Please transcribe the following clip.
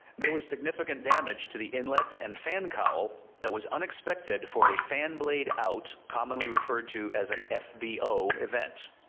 there was significant damage to the inlet and fan cowl that was unexpected for a fan blade out, commonly referred to as an fbo event. event.